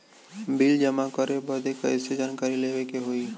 Bill जमा करे बदी कैसे जानकारी लेवे के होई?